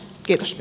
kiitos